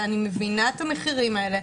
ואני מבינה את המחירים האלה,